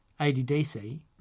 ADDC